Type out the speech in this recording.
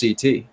CT